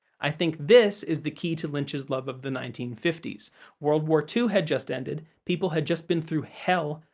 i think this is the key to lynch's love of the nineteen fifty s world war ii had just ended, people had just been through hell,